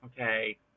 okay